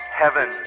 heaven